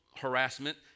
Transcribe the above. harassment